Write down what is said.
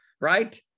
right